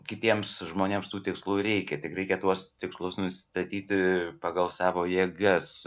kitiems žmonėms tų tikslų reikia tik reikia tuos tikslus nusistatyti pagal savo jėgas